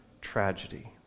tragedy